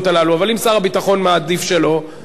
אבל אם שר הביטחון מעדיף שלא, אז לא.